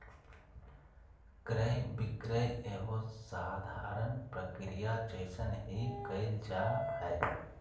क्रय विक्रय एगो साधारण प्रक्रिया जइसन ही क़इल जा हइ